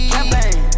Campaign